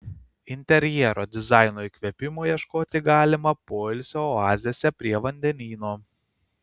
interjero dizaino įkvėpimo ieškoti galima poilsio oazėse prie vandenyno